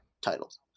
titles